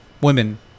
women